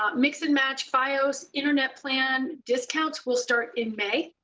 um mix and match, fios, internet plan, discounts will start in may.